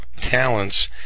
talents